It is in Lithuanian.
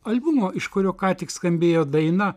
albumo iš kurio ką tik skambėjo daina